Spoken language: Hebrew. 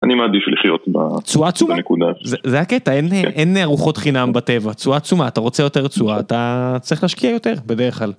אני מעדיף לחיות בתשואה תשומה, זה הקטע אין ארוחות חינם בטבע, תשואה תשומה אתה רוצה יותר תשואה אתה צריך להשקיע יותר בדרך כלל.